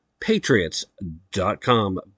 patriots.com